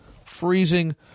Freezing